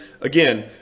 again